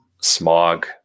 smog